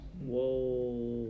Whoa